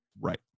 Right